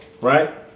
right